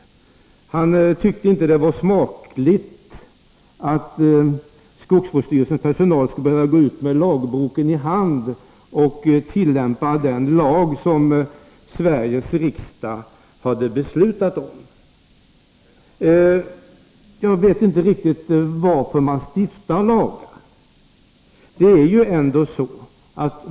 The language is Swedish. Jordbruksministern tycker inte att det är ”smakligt” att skogsvårdsstyrelsens personal skall behöva gå ut med lagboken i handen och tillämpa den lag som Sveriges riksdag har beslutat om. Jag frågar mig då varför man stiftar lagar.